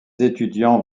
étudiants